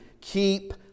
Keep